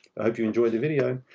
i hope you enjoy the video.